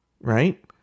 right